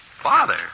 Father